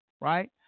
right